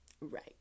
right